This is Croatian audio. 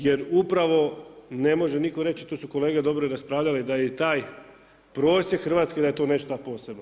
Jer upravo ne može nitko reći, to su kolege dobro raspravljali da i taj prosjek hrvatski da je to nešto posebno.